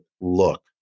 look